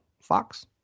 Fox